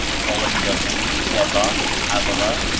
calling them seba, havilah,